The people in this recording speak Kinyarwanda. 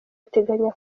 ateganya